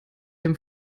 dem